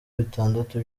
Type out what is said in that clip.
bitandatu